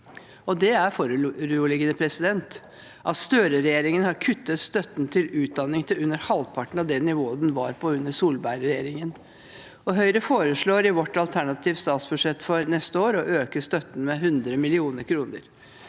Det er foruroligende at Støre-regjeringen har kuttet støtten til utdanning til under halvparten av det nivået den var på under Solberg-regjeringen. Høyre foreslår i sitt alternative statsbudsjett for 2024 å øke støtten med 100 mill. kr.